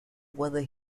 whether